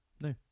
no